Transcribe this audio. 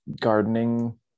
gardening